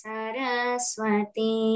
Saraswati